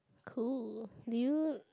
cool did you